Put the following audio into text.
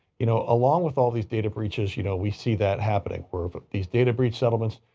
you know, along with all these data breaches, you know, we see that happening where but these data breach settlements,